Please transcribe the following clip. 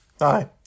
Hi